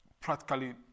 practically